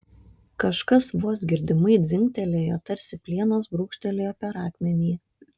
kažkas vos girdimai dzingtelėjo tarsi plienas brūkštelėjo per akmenį